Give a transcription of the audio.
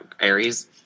Aries